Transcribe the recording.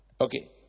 Okay